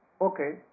okay